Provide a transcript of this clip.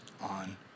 on